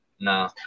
No